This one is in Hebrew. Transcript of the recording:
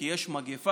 כי יש מגפה,